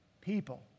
People